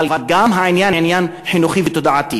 אבל העניין הוא גם עניין חינוכי ותודעתי.